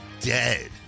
dead